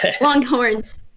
longhorns